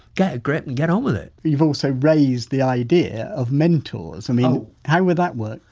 get a grip and get on with it you've also raised the idea of mentors, i mean how would that work?